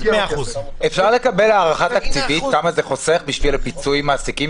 100%. אפשר לקבל הערכה תקציבית כמה זה חוסך בשביל פיצוי המעסיקים